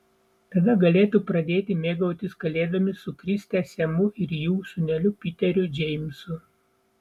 tada galėtų pradėti mėgautis kalėdomis su kriste semu ir jų sūneliu piteriu džeimsu